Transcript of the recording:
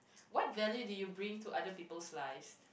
what value do you bring to other people's life